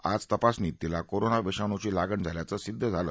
आज तपासणीत तिला कोरोना विषाणूची लागण झाल्याचं सिद्ध झालं